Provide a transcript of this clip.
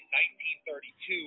1932